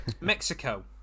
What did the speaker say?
Mexico